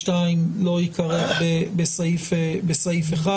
זה לא רק מרשם האוכלוסין הרשות עוסקת בהרבה מאוד דברים.